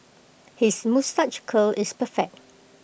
his moustache curl is perfect